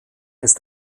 ist